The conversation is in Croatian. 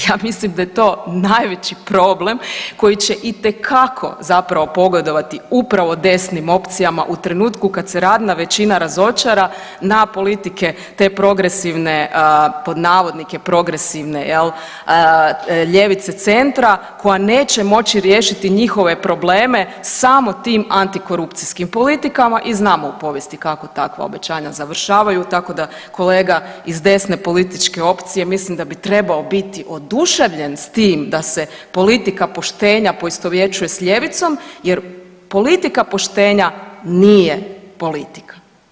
Ja mislim da je to najveći problem koji će itekako zapravo pogodovati upravo desnim opcijama u trenutku kad se radna većina razočara na politike te progresivne, pod navodnike progresivne jel ljevice centra koja neće moći riješiti njihove probleme samo tim antikorupcijskim politikama i znamo u povijesti kako takva obećanja završavaju tako da kolega iz desne političke opcije mislim da bi trebao biti oduševljen s tim da se politika poštenja poistovjećuje s ljevicom jer politika poštenja nije politika.